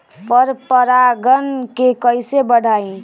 पर परा गण के कईसे बढ़ाई?